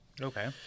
Okay